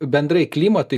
bendrai klimatui